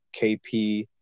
KP